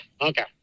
Okay